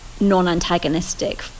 non-antagonistic